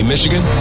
Michigan